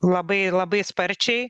labai labai sparčiai